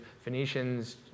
Phoenicians